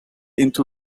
into